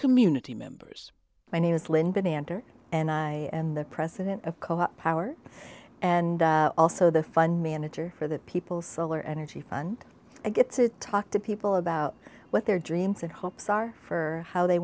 community members my name is linda banter and i and the president of co op power and also the fund manager for the people solar energy fund i get to talk to people about what their dreams and hopes are for how they